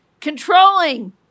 Controlling